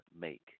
make